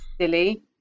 silly